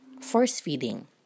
force-feeding